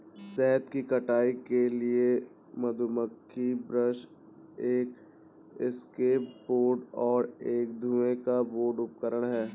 शहद की कटाई के लिए मधुमक्खी ब्रश एक एस्केप बोर्ड और एक धुएं का बोर्ड उपकरण हैं